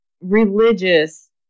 religious